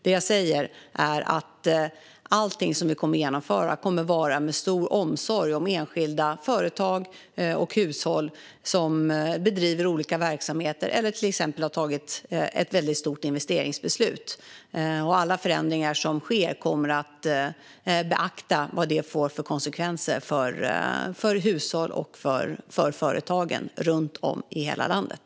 Det jag säger är att allting som vi kommer att genomföra kommer att göras med stor omsorg om enskilda företag och hushåll som bedriver olika verksamheter eller som till exempel har fattat ett stort investeringsbeslut. I alla förändringar som sker kommer vi att beakta vilka konsekvenser detta får för hushåll och för företag runt om i hela landet.